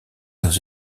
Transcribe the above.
dans